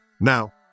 Now